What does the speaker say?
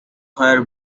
where